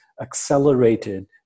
accelerated